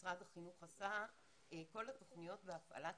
בכל התוכניות בהפעלת